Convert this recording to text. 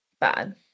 bad